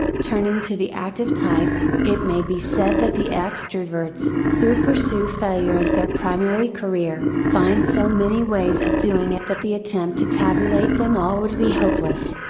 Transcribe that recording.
turning to the active type, it may be said that the extroverts, who pursue failure as their primary career, find so many ways of doing it that the attempt to tabulate them all would be hopeless.